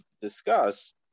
discuss